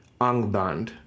Angband